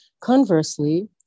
Conversely